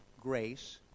grace